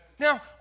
Now